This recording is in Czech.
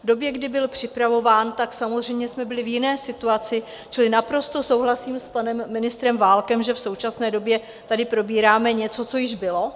V době, kdy byl připravován, jsme samozřejmě byli v jiné situaci, čili naprosto souhlasím s panem ministrem Válkem, že v současné době tady probíráme něco, co již bylo.